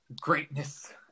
greatness